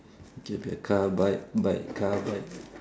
you can be a car bike bike car bike